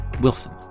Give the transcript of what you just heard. Wilson